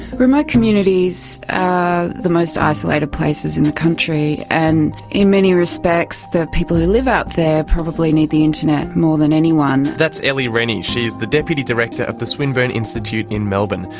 remote communities are the most isolated places in the country, and in many respects the people who live out there probably need the internet more than anyone. that's ellie rennie, she's the deputy director of the swinburne institute in melbourne,